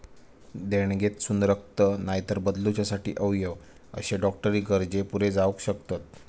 देणगेतसून रक्त, नायतर बदलूच्यासाठी अवयव अशे डॉक्टरी गरजे पुरे जावक शकतत